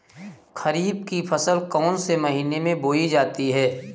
खरीफ की फसल कौन से महीने में बोई जाती है?